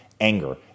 Anger